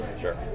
Sure